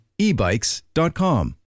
ebikes.com